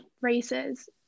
races